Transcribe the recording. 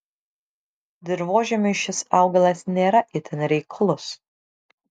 dirvožemiui šis augalas nėra itin reiklus